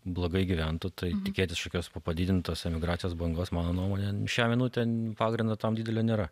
blogai gyventų tai tikėtis šiokios padidintos emigracijos bangos mano nuomone šią minutę pagrindo tam didelio nėra